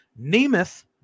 Nemeth